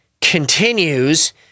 continues